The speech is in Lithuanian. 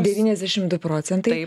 devyniasdešimt du procentai